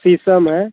शीशम है